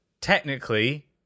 technically